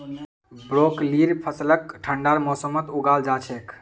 ब्रोकलीर फसलक ठंडार मौसमत उगाल जा छेक